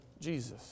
Jesus